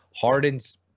Harden's